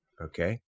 Okay